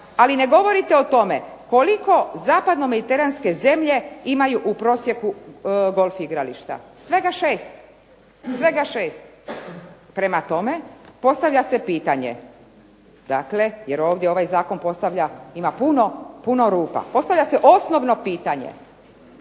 ali ne govorite o tome koliko zapadno mediteranske zemlje imaju u prosjeku golf igrališta, svega 6. Prema tome, postavlja se pitanje, dakle jer ovdje ovaj zakon postavlja, ima puno rupa. Postavlja se osnovno pitanje,